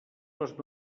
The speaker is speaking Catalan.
les